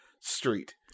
Street